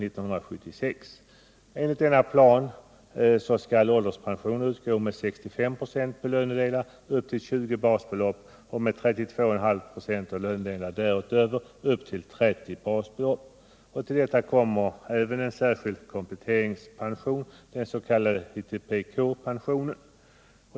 Enligt denna plan skall ålderspension utgå med 65 96 på lönedelar upp till 20 basbelopp och med 32,5 96 av lönedelar därutöver upp till 30 basbelopp. Till detta kommer även en särskild kompletteringspension, den s.k. ITPK-pensionen.